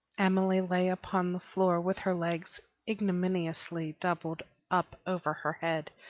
emily lay upon the floor, with her legs ignominiously doubled up over her head,